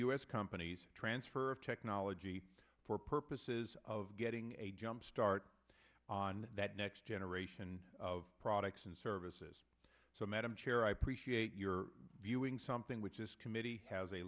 s companies transfer technology for purposes of getting a jump start on that next generation of products and services so madam chair i appreciate your viewing something which is committee has a